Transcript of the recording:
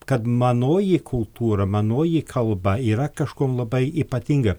kad manoji kultūra manoji kalba yra kažkuom labai ypatinga